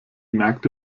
merkte